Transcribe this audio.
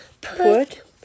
put